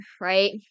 right